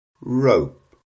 Rope